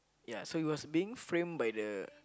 ya so he was being frame by the